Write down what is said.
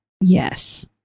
yes